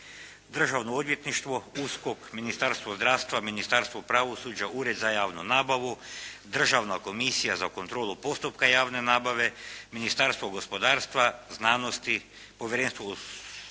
Državno odvjetništvo, USKOK, Ministarstvo zdravstva, Ministarstvo pravosuđa, Ured za javnu nabavu, Državna komisija za kontrolu postupka javne nabave, Ministarstvo gospodarstva, znanosti, Povjerenstvo o